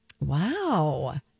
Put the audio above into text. Wow